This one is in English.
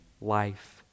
life